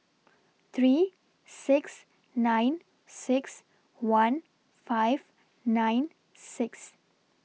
three six nine six one five nine six